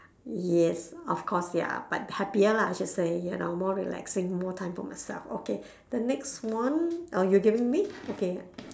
yes of course ya but happier lah I should say you know more relaxing more time for myself okay the next one oh you're giving me okay